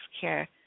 care